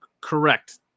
Correct